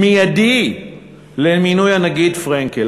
מיידית על מינוי הנגיד פרנקל,